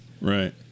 Right